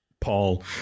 paul